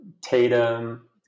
Tatum